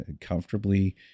comfortably